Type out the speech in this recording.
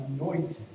anointing